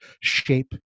shape